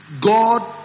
God